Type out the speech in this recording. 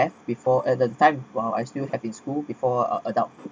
have before at the time while I still have in school before uh adult